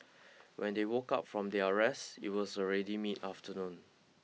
when they woke up from their rest it was already mid afternoon